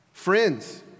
Friends